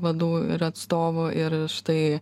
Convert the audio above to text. vadų ir atstovų ir štai